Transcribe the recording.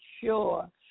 sure